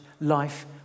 life